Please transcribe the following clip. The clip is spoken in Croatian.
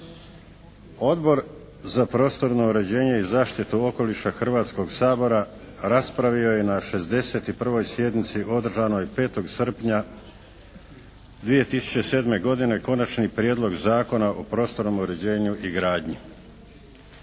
Odbor za prostorno uređenje i zaštitu okoliša Hrvatskog sabora raspravio je na 61. sjednici održanoj 5. srpnja 2007. godine Konačni prijedlog zakona o prostornom uređenju i gradnji.